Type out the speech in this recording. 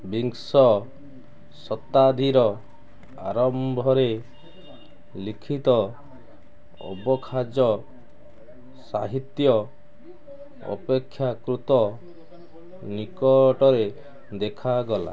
ବିଂଶ ଶତାବ୍ଦୀର ଆରମ୍ଭରେ ଲିଖିତ ଅବଖାଜ ସାହିତ୍ୟ ଅପେକ୍ଷାକୃତ ନିକଟରେ ଦେଖାଗଲା